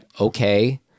okay